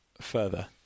further